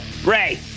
Ray